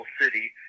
city